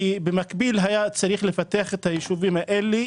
כי במקביל היה צריך לפתח את היישובים האלה,